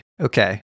okay